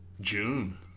June